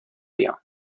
dio